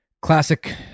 Classic